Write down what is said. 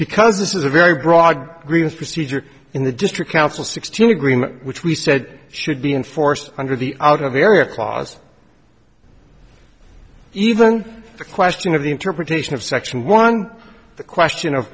because this is a very broad grievance procedure in the district council sixteen agreement which we said should be enforced under the out of area clause even the question of the interpretation of section one the question of